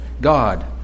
God